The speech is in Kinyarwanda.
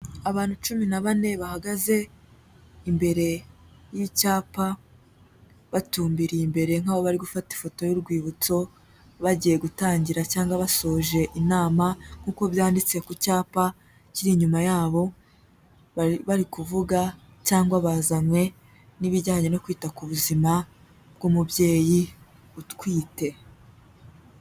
Abantu cumi na bane bahagaze imbere y'icyapa, batumbiriye imbere nk'aho bari gufata ifoto y'urwibutso, bagiye gutangira cyangwa basoje inama, nk'uko byanditse ku cyapa kiri inyuma yabo, bari kuvuga cyangwa bazanywe n'ibijyanye no kwita ku buzima bw'umubyeyi utwite.